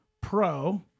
pro